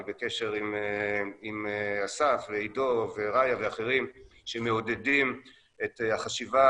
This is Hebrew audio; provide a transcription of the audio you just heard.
אני בקשר עם אסף ועידו ורעיה ואחרים שמעודדים את החשיבה